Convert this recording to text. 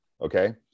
Okay